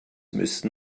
müssten